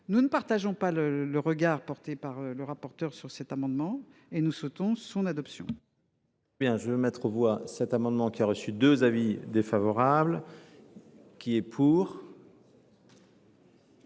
Nous ne partageons pas le regard porté par le rapporteur sur cet amendement, dont nous souhaitons l’adoption.